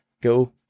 Go